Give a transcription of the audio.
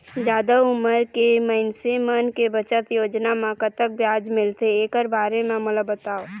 जादा उमर के मइनसे मन के बचत योजना म कतक ब्याज मिलथे एकर बारे म मोला बताव?